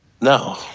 No